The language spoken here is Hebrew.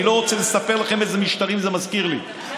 אני לא רוצה לספר לכם איזה משטרים זה מזכיר לי.